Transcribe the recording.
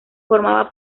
formaba